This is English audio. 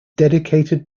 dedicated